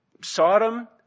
Sodom